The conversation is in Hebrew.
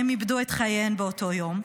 הן איבדו את חייהן באותו יום.